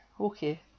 okay